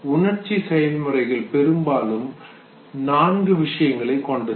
உணர்ச்சி செயல் முறைகள் பெரும்பாலும் நான்கு விஷயங்களை கொண்டது